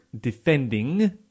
defending